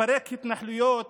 לפרק התנחלויות,